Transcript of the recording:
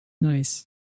Nice